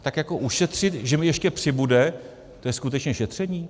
Tak jako ušetřit, že mi ještě přibude, to je skutečně šetření?